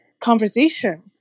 conversation